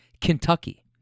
Kentucky